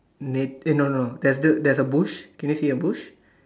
net eh no no there's there's there's a bush can you see a bush